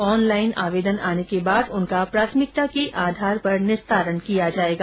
online आवेदन आने के बाद उनका प्राथमिकता के आधार पर निस्तारण किया जाएगा